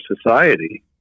society